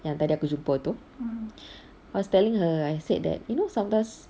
yang tadi aku jumpa tu I was telling her I said that you know sometimes